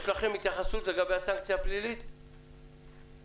וחקיקה, המחלקה הפלילית במשרד